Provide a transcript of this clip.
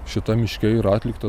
šitam miške yra atlikta